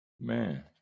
Man